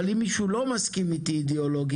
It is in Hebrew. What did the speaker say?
אבל אם מישהו לא מסכים איתי אידיאולוגית,